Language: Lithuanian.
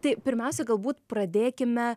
tai pirmiausia galbūt pradėkime